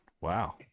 Wow